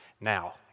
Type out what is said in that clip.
now